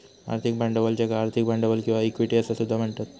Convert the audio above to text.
आर्थिक भांडवल ज्याका आर्थिक भांडवल किंवा इक्विटी असा सुद्धा म्हणतत